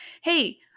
hey